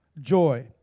joy